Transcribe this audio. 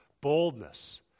boldness